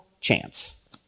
chance